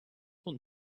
want